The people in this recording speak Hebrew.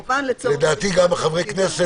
לדעתי גם בעניין חבר כנסת,